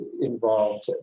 involved